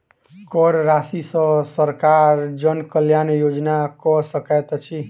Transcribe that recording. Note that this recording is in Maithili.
कर राशि सॅ सरकार जन कल्याण योजना कअ सकैत अछि